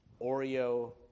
Oreo